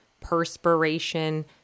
perspiration